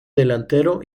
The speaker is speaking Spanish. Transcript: delantero